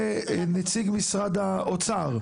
ונציג משרד האוצר,